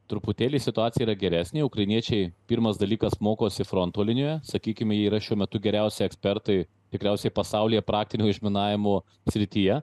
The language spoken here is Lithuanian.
truputėlį situacija yra geresnė ukrainiečiai pirmas dalykas mokosi fronto linijoje sakykim yra šiuo metu geriausi ekspertai tikriausiai pasaulyje praktinių išminavimų srityje